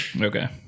Okay